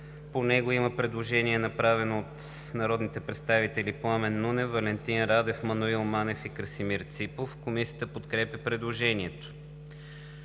По него има предложение, направено от народните представители Пламен Нунев, Валентин Радев, Маноил Манев и Красимир Ципов. Комисията подкрепя предложението.